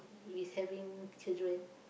if having children